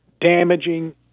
damaging